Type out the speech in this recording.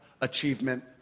achievement